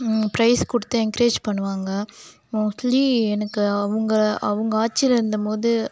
price கொடுத்து encourage பண்ணுவாங்க mostly எனக்கு அவங்க அவங்க ஆட்சியில் இருந்த போது